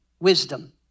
wisdom